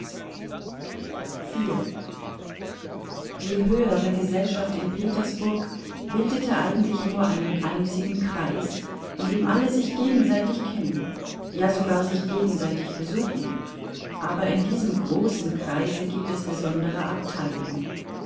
die höhere gesellschaft in petersburg bildete eigentlich nur einen einzigen kreis in dem alle sich gegenseitig kennen ja sogar sich gegenseitig besuchen aber in diesem großen kreise gibt es besondere abteilungen